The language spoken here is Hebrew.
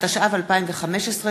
התשע"ו 2015,